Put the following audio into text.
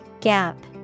Gap